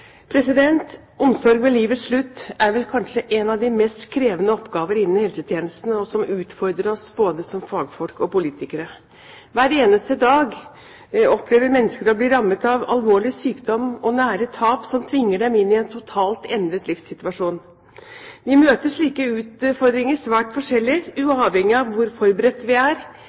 Omsorg ved livets slutt er kanskje en av de mest krevende oppgaver innen helsetjenesten som utfordrer oss både som fagfolk og politikere. Hver eneste dag opplever mennesker å bli rammet av alvorlig sykdom og nære tap som tvinger dem inn i en totalt endret livssituasjon. Vi møter slike utfordringer svært forskjellig, avhengig av hvor forberedte vi er,